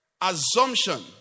Assumption